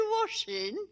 washing